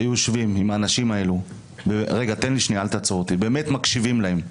הייתם יושבים עם האנשים האלה ובאמת מקשיבים להם,